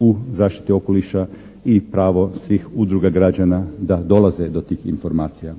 u zaštiti okoliša i pravo svih udruga građana da dolaze do tih informacija.